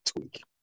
tweak